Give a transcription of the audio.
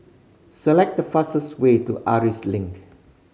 select the fastest way to Link